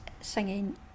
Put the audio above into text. singing